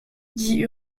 dit